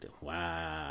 Wow